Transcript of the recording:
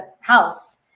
house